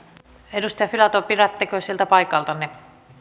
edustaja filatov pidättekö sieltä paikaltanne